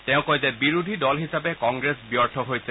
তেওঁ কয় যে বিৰোধী দল হিচাপে কংগ্ৰেছ ব্যৰ্থ হৈছে